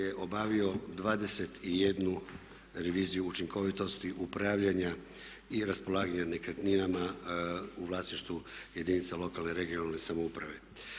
obavio 21 reviziju učinkovitosti upravljanja i raspolaganja nekretninama u vlasništvu jedinica lokalne i regionalne samouprave.